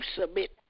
submit